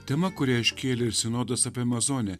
tema kurią iškėlė ir sinodas apie amazonę